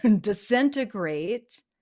disintegrate